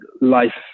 life